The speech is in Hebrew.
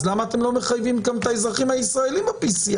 למה אתם לא מחייבים גם את האזרחים הישראלים ב-PCR?